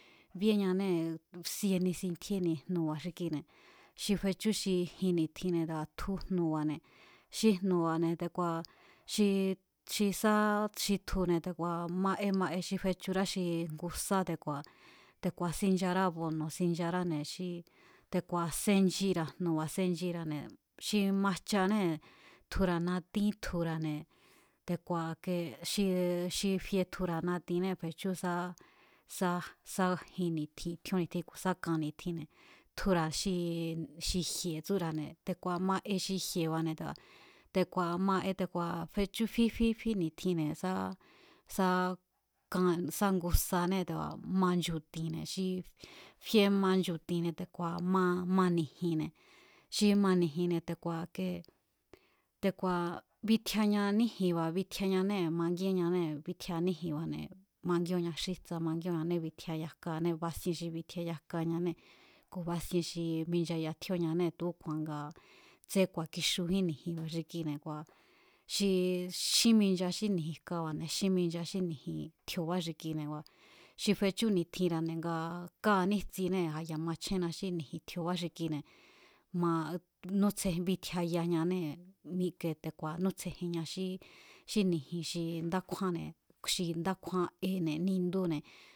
Bíeñanée̱ sie nisintjíeni jnu̱ba̱ xi kine̱ xi fechú xi jin ni̱tjinne̱ te̱ku̱a̱ tju jnu̱ba̱ne̱ xi jnu̱ba̱ne̱ te̱ku̱a̱ xi xi sá xi tjune̱ te̱ku̱a̱ ma e ma e xí fechurá xi ngu sá te̱ku̱a̱, te̱ku̱a̱ xinchará abono̱ xincharáne̱ xi te̱ku̱a̱ senchira̱ jnu̱ba̱ senchira̱ne̱ xi majchanée̱ tjura̱ natín tjura̱ne̱, te̱ku̱a̱ ke xi xi fie tjura̱ natinne fechú sá, sá, sá jin ni̱tjin tjíón ni̱tjin ku̱ sá kan ni̱tjinne̱ tjura̱ xi jie tsúra̱né̱ te̱ku̱a̱ ma e xi jieba̱ne̱ tea̱ te̱ku̱a̱ ma e te̱ku̱a̱ fechú fí fí, fí ni̱tjinne̱ sá sá kan sá ngu sané te̱ku̱a̱ ma nchu̱ti̱nne̱ xi fie ma nchu̱ti̱nne̱ te̱ku̱a̱ ma mani̱ji̱nne̱, xi mani̱ji̱nne̱ te̱ku̱e̱ ike te̱ku̱a̱ bitjiaña níji̱nba̱ bitjiañanee̱ mangíñanée̱ bitjiañanníji̱nba̱ mangíóo̱an xíjtsa mangíóo̱anée̱ bitjiaya jkañané basien xi bitjiaya jkañanée̱ ku̱ basien xi minchaya tjíóñanée̱ tu̱úku̱a̱n nga tsé ku̱a̱kixujín ni̱ji̱nba̱ xi kuine̱ te̱ku̱a̱ xi xín minchaa xí ni̱ji̱n jkaba̱ xín minchaa xí ni̱ji̱n tjiobá xi kine̱ ngua̱ xi fechú ni̱tjinra̱ne̱ nga káaní jtsinée̱ a̱ ya̱ machjenna xí ni̱ji̱n tjiobá xi kine̱ ma nu̱tsj betjiayañanée̱ te̱ku̱a̱ nútsjejinña xí ni̱ji̱n xi ndá kjúánne̱ xi ndá kjúán ene̱ nindúne̱ nútsjejiñané te̱ku̱a̱ miñajunñanée̱, michajunñá te̱ku̱a̱ kee sá nchajin xi xi jmájin yakane̱ nútsjejinñanee̱ tu̱úku̱a̱n nga xi kúíeñanée̱ ndá kátatju ni̱jmiebáne̱ kua̱ sa tu̱xki̱e̱a̱ kúíéñanée̱.